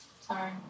Sorry